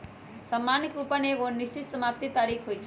सामान्य कूपन के एगो निश्चित समाप्ति तारिख होइ छइ